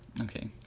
okay